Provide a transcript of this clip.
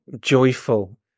joyful